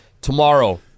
Tomorrow